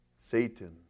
Satan